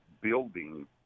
building